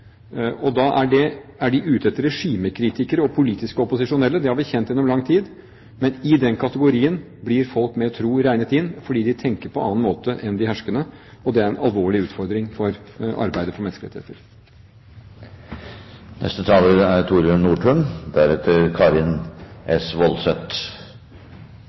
politiske opposisjonelle. Det har vi kjent til gjennom lang tid, men i den kategorien blir folk med tro regnet inn, fordi de tenker på en annen måte enn de herskende. Det er en alvorlig utfordring i arbeidet for menneskerettigheter. Religions- og livssynsfriheten er